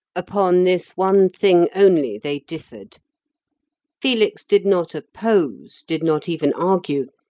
upon this one thing only they differed felix did not oppose, did not even argue,